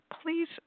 please